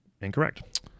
incorrect